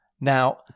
Now